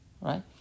right